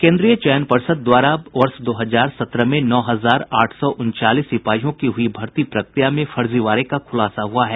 केन्द्रीय चयन पर्षद द्वारा वर्ष दो हजार सत्रह में नौ हजार आठ सौ उनचालीस सिपाहियों की हुई भर्ती प्रक्रिया में फर्जीवाड़े का खुलासा हुआ है